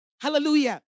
hallelujah